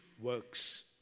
works